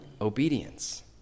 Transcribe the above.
obedience